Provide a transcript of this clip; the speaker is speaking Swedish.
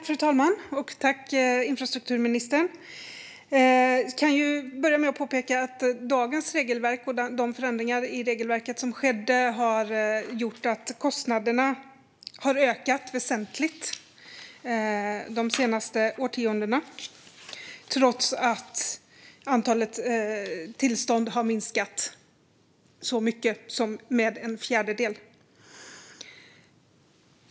Fru talman! Jag kan börja med att påpeka att dagens regelverk och de förändringar i regelverket som skedde har gjort att kostnaderna har ökat väsentligt de senaste årtiondena, trots att antalet tillstånd har minskat med så mycket som en fjärdedel.